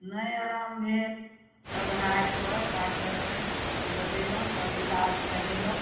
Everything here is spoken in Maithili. नहि आराम भेल तब हारिकऽ डॉक्टरके बजेलहुँ तब इलाज करेलहुँ